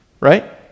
Right